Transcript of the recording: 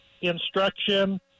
instruction